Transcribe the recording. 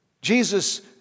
Jesus